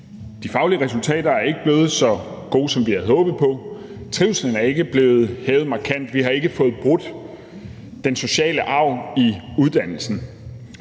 De faglige resultater er ikke blevet så gode, som vi havde håbet på, trivslen er ikke blevet hævet markant, vi har ikke fået brudt den sociale arv i uddannelsen.